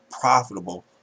profitable